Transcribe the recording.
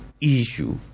issue